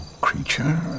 creature